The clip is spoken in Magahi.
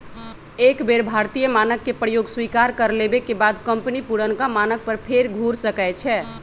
एक बेर भारतीय मानक के प्रयोग स्वीकार कर लेबेके बाद कंपनी पुरनका मानक पर फेर घुर सकै छै